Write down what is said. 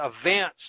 events